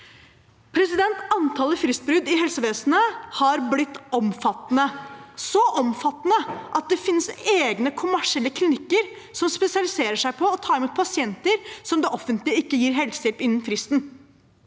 Antallet fristbrudd i helsevesenet har blitt omfattende – så omfattende at det finnes egne kommersielle klinikker som spesialiserer seg på å ta imot pasienter som det offentlige ikke gir helsehjelp innen fristen.